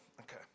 Okay